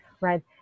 right